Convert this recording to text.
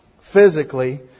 physically